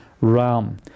realm